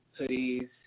hoodies